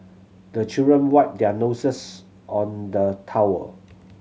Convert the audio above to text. the children wipe their noses on the towel